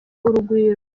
urugwiro